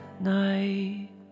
night